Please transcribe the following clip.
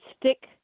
stick